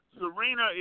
Serena